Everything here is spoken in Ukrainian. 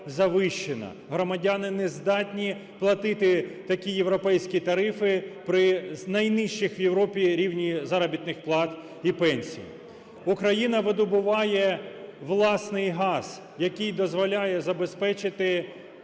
громадяни не здатні платити такі європейські тарифи при найнижчому у Європі рівні заробітних плат і пенсій. Україна видобуває власний газ, який дозволяє забезпечити левову